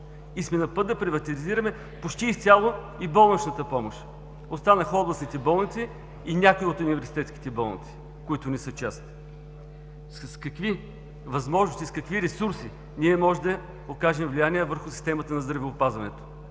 и сме на път да приватизираме почти изцяло и болничната помощ. Останаха областните болници и някои от университетските болници, които не са частни! С какви възможности, с какви ресурси можем да окажем влияние върху системата на здравеопазването?